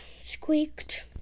Squeaked